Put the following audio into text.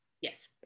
Yes